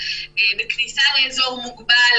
מוגבל,